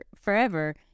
forever